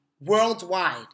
worldwide